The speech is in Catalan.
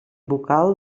vocal